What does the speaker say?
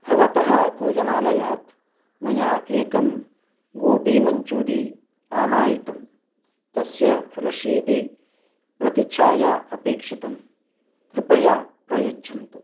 भवतः भोजनालयात् मया एकं गोबीमञ्चूरी आनायितं तस्य रशीदि प्रतिच्छाया अपेक्षितं कृपया प्रयच्छन्तु